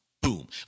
Boom